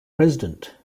president